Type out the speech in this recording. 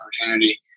opportunity